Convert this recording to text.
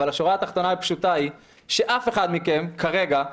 אבל השורה התחתונה הפשוטה היא שאף אחד מכם כרגע,